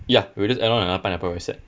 ya we will just add on another pineapple rice set